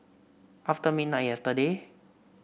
after midnight yesterday